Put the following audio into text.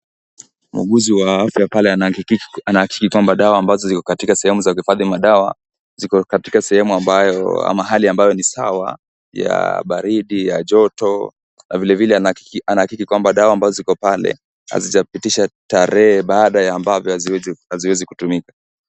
Muuguzi wa afya pale anahakikisha kwamba dawa ambazo ziko katika sehemu ya kuhifadhi madawa ziko katika mahali ni sawa ya baridi, ya joto na vile vile anahakikisha kwamba sawa ambazo ziko pale hazijapitisha tarehe baada ya ambavyo haziwezi kutumika.